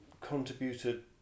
contributed